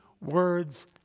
words